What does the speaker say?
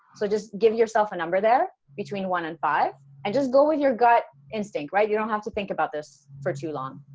so just give yourself a number there between one and five and just go with your gut instinct, right. you don't have to think about this for too long.